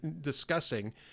discussing